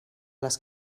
les